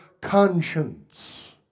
conscience